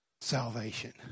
Salvation